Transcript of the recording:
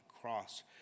cross